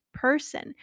person